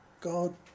God